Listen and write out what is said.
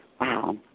Wow